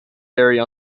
area